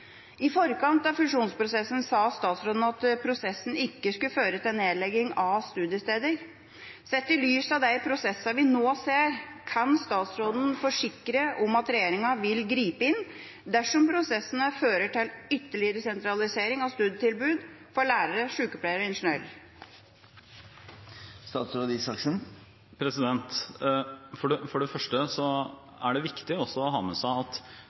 I forkant av fusjonsprosessen sa statsråden at prosessen ikke skulle føre til nedlegging av studiesteder. Sett i lys av de prosessene vi nå ser, kan statsråden forsikre at regjeringa vil gripe inn dersom prosessene fører til ytterligere sentralisering av studietilbud for lærere, sykepleiere og ingeniører? For det første er det viktig også å ha med seg at